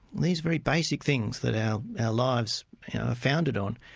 these very basic things that our lives are founded on,